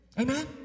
Amen